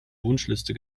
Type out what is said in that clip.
wunschliste